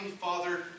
Father